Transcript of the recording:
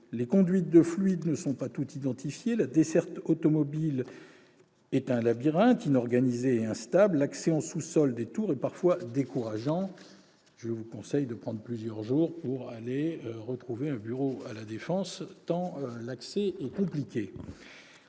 les conduites de fluides ne sont pas toutes identifiées, la desserte automobile est un labyrinthe inorganisé et instable, l'accès en sous-sol des tours est parfois décourageant. Je vous conseille de prévoir plusieurs jours pour retrouver un bureau à La Défense, tant l'accès est compliqué